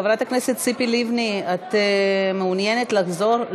חברת הכנסת ציפי לבני, את מעוניינת לחזור?